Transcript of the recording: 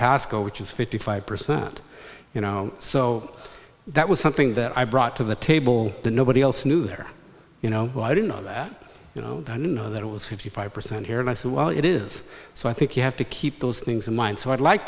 pascoe which is fifty five percent you know so that was something that i brought to the table that nobody else knew there you know who i didn't know that you know i know that it was fifty five percent here and i said well it is so i think you have to keep those things in mind so i'd like